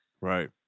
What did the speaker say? Right